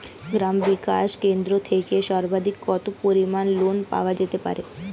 গ্রাম বিকাশ কেন্দ্র থেকে সর্বাধিক কত পরিমান লোন পাওয়া যেতে পারে?